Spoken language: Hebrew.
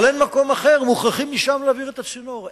אבל אין מקום אחר, ומוכרחים להעביר את הצינור משם.